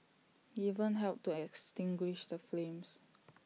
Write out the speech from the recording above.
even helped to extinguish the flames